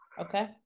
Okay